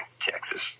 Texas